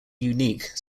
unique